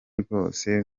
rwose